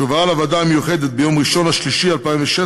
שהועברה לוועדה המיוחדת ביום 1 במרס 2016,